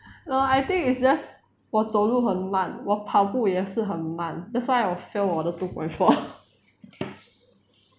LOL I think is just 我走路很慢我跑步也是很慢 that's why 我 fail 我的 two point four